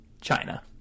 China